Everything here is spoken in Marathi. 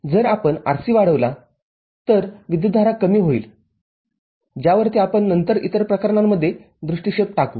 जर आपण RC वाढवला तर विद्युतधारा कमी होईल ज्यावरती आपण नंतर इतर प्रकरणांमध्ये दृष्टिक्षेप टाकू